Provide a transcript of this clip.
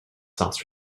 sauce